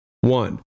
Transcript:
One